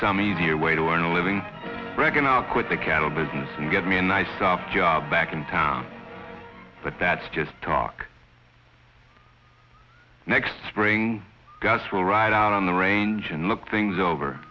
some easier way to earn a living greg and i'll quit the cattle business and get me a nice soft job back in town but that's just talk next spring gus will ride out on the range and look things over